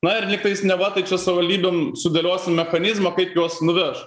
na ir lygtais neva taip su savivaldybėm sudėliosim mechanizmą kaip juos nuveš